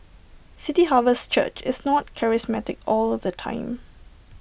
city harvest church is not charismatic all the time